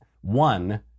One